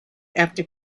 after